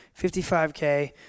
55k